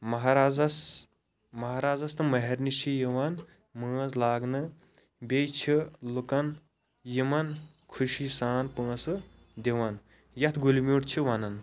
ماہرازَس ماہرازَس تہٕ ماہرنہِ چھ یِوان مٲنٛز لاگنہٕ بیٚیہِ چھ لوٗکَن یمن خوشی سان پونٛسہٕ دِوان یتھ گُلہِ میٛوٗٹھ چھِ ونان